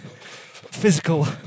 physical